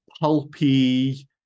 pulpy